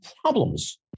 problems